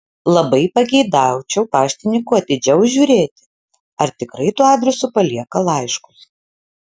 labai pageidaučiau paštininkų atidžiau žiūrėti ar tikrai tuo adresu palieka laiškus